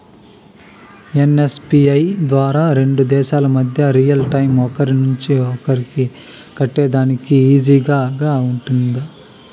NCPI ద్వారా రెండు దేశాల మధ్య రియల్ టైము ఒకరి నుంచి ఒకరికి కట్టేదానికి ఈజీగా గా ఉంటుందా?